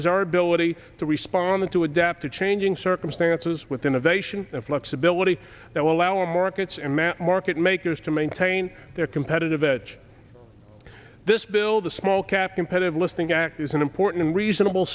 is our ability to respond to adapt to changing circumstances with innovation and flexibility that will allow our markets and mass market makers to maintain their competitive edge this bill the small cap competitive listening act is an important and reasonable